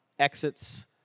exits